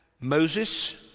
Moses